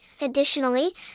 Additionally